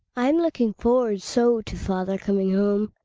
i'm looking forward so to father coming home.